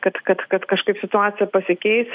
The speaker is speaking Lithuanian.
kad kad kad kažkaip situacija pasikeis